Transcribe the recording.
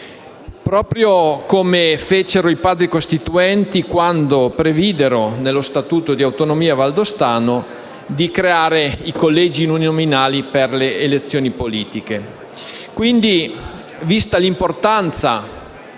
proprio come fecero i Padri costituenti quando previdero, nello Statuto di autonomia valdostana, di creare i collegi uninominali per le elezioni politiche. Quindi, vista l'importanza